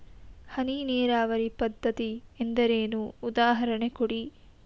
ಹನಿ ನೀರಾವರಿ ಪದ್ಧತಿ ಎಂದರೇನು, ಉದಾಹರಣೆ ಕೊಡಿ?